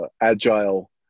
agile